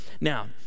Now